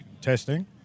Testing